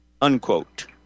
unquote